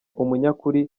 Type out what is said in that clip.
umunyakuri